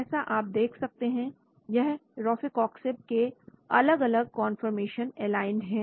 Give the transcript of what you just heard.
जैसा आप देख सकते हैं यह रोफैकॉक्सिब के अलग अलग कौनफॉरमेशन एलाइंड है